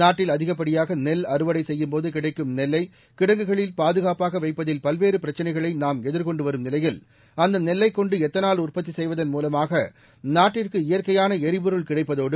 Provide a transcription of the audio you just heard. நாட்டில் அதிகப்படியாக நெல் அறுவடை செய்யும்போது கிடைக்கும் நெல்லை கிடங்குகளில் பாதுகாப்பாக வைப்பதில் பல்வேறு பிரச்சினைகளை நாம் எதிர்கொண்டு வரும் நிலையில் அந்த நெல்லைக் கொன்டு எத்தனால் உற்பத்தி செய்வதன் மூலமாக நாட்டிற்கு இயற்கையான எரிபொருள் கிடைப்பதோடு